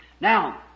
Now